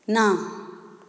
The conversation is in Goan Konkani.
ना